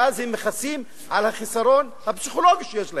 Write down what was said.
ואז הם מכסים על החיסרון הפסיכולוגי שיש להם.